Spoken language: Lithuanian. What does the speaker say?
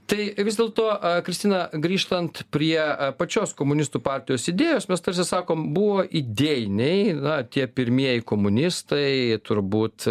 tai vis dėlto kristina grįžtant prie pačios komunistų partijos idėjos mes tarsi sakom buvo idėjiniai na tie pirmieji komunistai turbūt